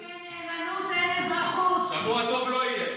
אם אין נאמנות, אין אזרחות, שבוע טוב לא יהיה.